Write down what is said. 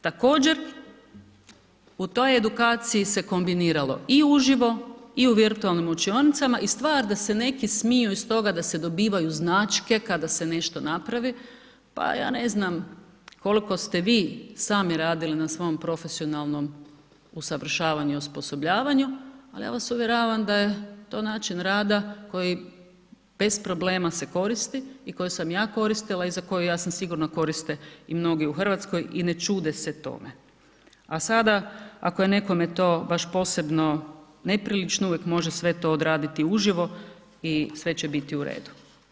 Također u toj edukaciji se kombiniralo i uživo i u virtualnim učionicama i stvar da se neki smiju iz toga da se dobivaju značke kada se nešto napravi, pa ja ne znam kolko ste vi sami radili na svom profesionalnom usavršavanju i osposobljavanju, al ja vas uvjeravam da je to način rada koji bez problema se koristi i koji sam ja koristila i za koji ja sam sigurna koriste i mnogi u RH i ne čude se tome, a sada ako je nekome to baš posebno neprilično uvijek može sve to odraditi uživo i sve će biti u redu.